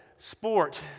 sport